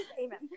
Amen